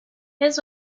his